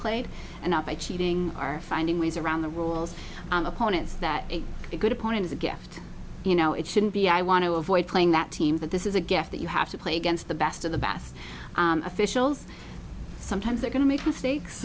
played and not by cheating are finding ways around the rules on opponents that a good opponent is a gift you know it shouldn't be i want to avoid playing that team that this is a gift that you have to play against the best of the best officials sometimes they're going to make mistak